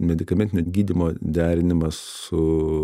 medikamentinio gydymo derinimas su